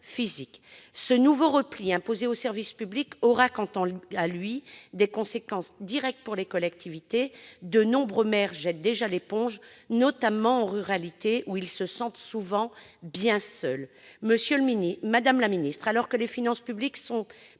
physique. Ce nouveau repli imposé aux services publics aura, quant à lui, des conséquences directes pour les collectivités. De nombreux maires jettent déjà l'éponge, notamment en ruralité, où ils se sentent souvent bien seuls. Madame la secrétaire d'État, alors que les finances publiques sont,